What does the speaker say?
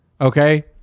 Okay